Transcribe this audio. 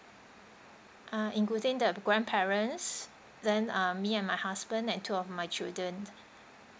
ah including the grandparents then ah me and my husband and two of my children